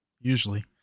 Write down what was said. usually